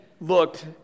looked